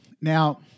Now